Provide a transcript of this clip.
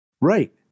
Right